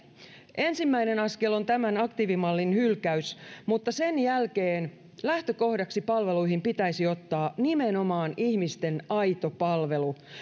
ensimmäinen askel on tämän aktiivimallin hylkäys mutta sen jälkeen lähtökohdaksi palveluihin pitäisi ottaa nimenomaan ihmisten aito palvelu